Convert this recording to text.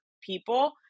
people